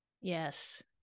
Yes